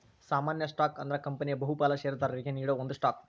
ಸಾಮಾನ್ಯ ಸ್ಟಾಕ್ ಅಂದ್ರ ಕಂಪನಿಯ ಬಹುಪಾಲ ಷೇರದಾರರಿಗಿ ನೇಡೋ ಒಂದ ಸ್ಟಾಕ್